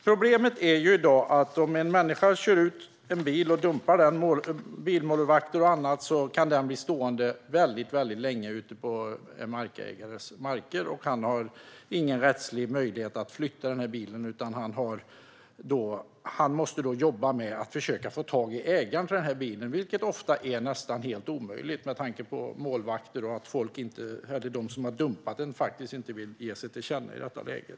Problemet i dag är att om en bilmålvakt eller någon annan kör ut en bil och dumpar den kan den bli stående väldigt länge ute på en markägares marker. Denne har då ingen rättslig möjlighet att flytta bilen utan måste försöka få tag på ägaren till bilen, vilket ofta är näst intill omöjligt då målvakter och sådana som har dumpat bilen inte vill ge sig till känna i detta läge.